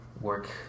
work